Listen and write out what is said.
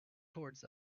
towards